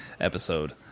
episode